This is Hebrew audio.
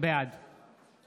בעד